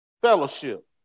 fellowship